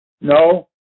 No